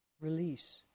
release